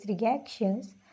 reactions